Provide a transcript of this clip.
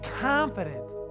confident